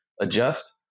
adjust